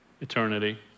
eternity